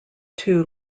two